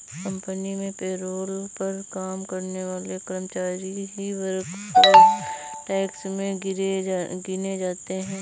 company में payroll पर काम करने वाले कर्मचारी ही वर्कफोर्स टैक्स में गिने जाते है